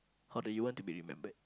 how do you want to be remembered